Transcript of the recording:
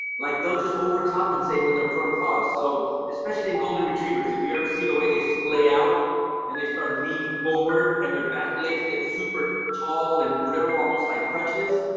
like they'll just overcompensate with their front paws. so especially in golden retrievers, if you ever see the way they splay out and they start leaning forward and their back legs get super tall and brittle, almost like crutches,